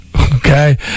Okay